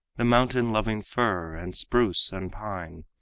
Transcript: the mountain-loving fir and spruce and pine,